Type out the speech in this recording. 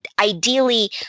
ideally